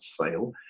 sale